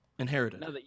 Inherited